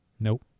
Nope